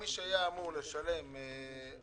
מי שהיה אמור לשלם קנס,